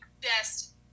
best